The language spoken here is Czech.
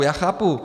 Já chápu.